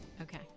Okay